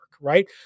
right